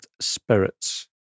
spirits